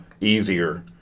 easier